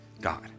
God